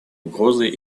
угрозой